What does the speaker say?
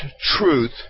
truth